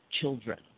children